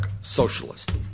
Socialist